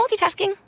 multitasking